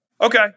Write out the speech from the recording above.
Okay